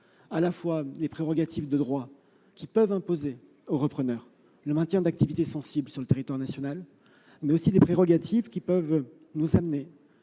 de l'État : les prérogatives de droit, qui peuvent imposer au repreneur le maintien d'activités sensibles sur le territoire national, mais aussi des prérogatives susceptibles de nous amener